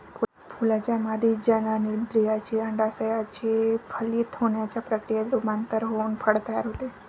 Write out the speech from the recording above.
फुलाच्या मादी जननेंद्रियाचे, अंडाशयाचे फलित होण्याच्या प्रक्रियेत रूपांतर होऊन फळ तयार होते